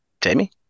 jamie